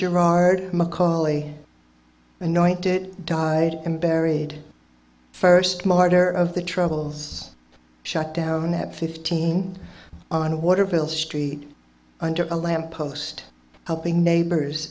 gerard macaulay anointed died and buried first martyr of the troubles shut down at fifteen on a water bill street under a lamp post helping neighbors